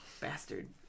bastard